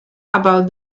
about